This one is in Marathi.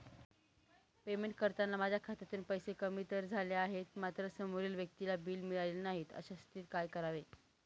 पेमेंट करताना माझ्या खात्यातून पैसे कमी तर झाले आहेत मात्र समोरील व्यक्तीला बिल मिळालेले नाही, अशा स्थितीत काय करावे?